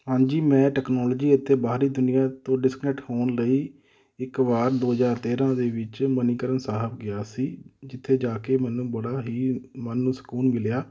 ਹਾਂਜੀ ਮੈਂ ਟੈਕਨੋਲੋਜੀ ਇੱਥੇ ਬਾਹਰੀ ਦੁਨੀਆ ਤੋਂ ਡਿਸਕਨੈਟ ਹੋਣ ਲਈ ਇੱਕ ਵਾਰ ਦੋ ਹਜ਼ਾਰ ਤੇਰਾਂ ਦੇ ਵਿੱਚ ਮਨੀਕਰਨ ਸਾਹਿਬ ਗਿਆ ਸੀ ਜਿੱਥੇ ਜਾ ਕੇ ਮੈਨੂੰ ਬੜਾ ਹੀ ਮਨ ਨੂੰ ਸਕੂਨ ਮਿਲਿਆ